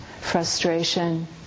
frustration